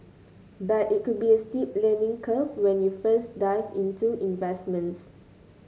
but it could be a steep learning curve when you first dive into investments